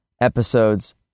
episodes